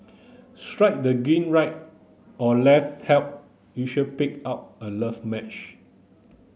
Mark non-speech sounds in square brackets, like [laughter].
[unintelligible] the screen right or left help user pick out a love match